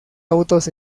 autos